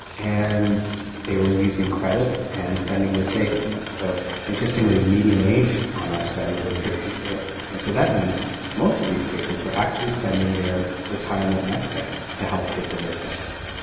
and they were using credit and spending their savings. so interestingly the median age on our study was sixty four. and so that means most of these patients were actually spending their retirement nest egg to help pay for their cancer care.